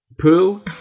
Poo